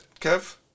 Kev